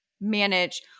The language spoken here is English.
manage